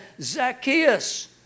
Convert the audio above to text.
Zacchaeus